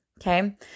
okay